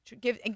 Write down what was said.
Give